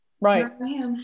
Right